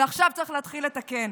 ועכשיו צריך להתחיל לתקן.